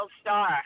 Star